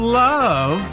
love